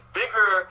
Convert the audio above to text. bigger